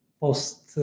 post